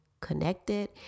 connected